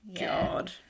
God